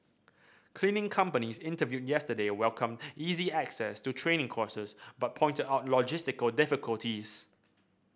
cleaning companies interviewed yesterday welcomed easy access to training courses but pointed out logistical difficulties